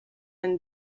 and